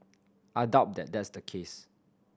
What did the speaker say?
I doubt that that's the case